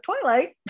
Twilight